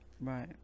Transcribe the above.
Right